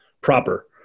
proper